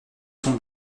son